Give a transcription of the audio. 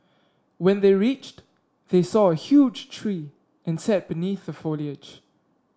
when they reached they saw a huge tree and sat beneath the foliage